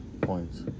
points